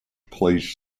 place